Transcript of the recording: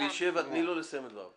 אלישבע, תני לו לסיים את דבריו.